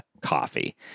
Coffee